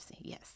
Yes